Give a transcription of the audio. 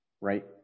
right